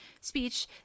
speech